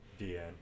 dn